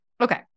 Okay